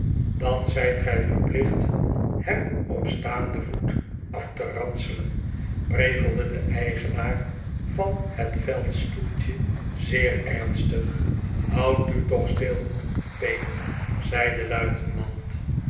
dan zijt gij verplicht hem op staanden voet af te ranselen prevelde de eigenaar van het veldstoeltje zeer ernstig houd u toch stil payne zei de luitenant